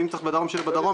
ואם צריך בדרום שיהיה בדרום.